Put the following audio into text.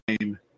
name